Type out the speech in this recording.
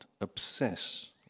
obsess